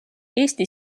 eesti